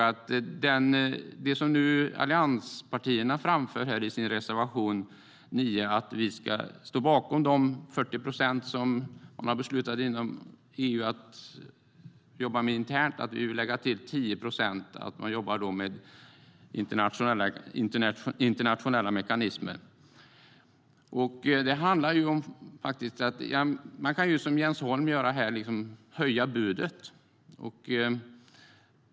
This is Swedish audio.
Det som allianspartierna framför i sin reservation 9 är att vi ska stå bakom de 40 procent som man inom EU har beslutat att jobba med internt men också att vi vill lägga till 10 procent där man jobbar med internationella mekanismer. Man kan, som Jens Holm, höja budet.